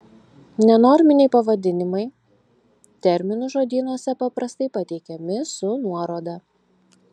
nenorminiai pavadinimai terminų žodynuose paprastai pateikiami su nuoroda